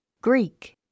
Greek